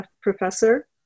professor